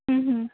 ହୁଁ ହୁଁ